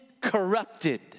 corrupted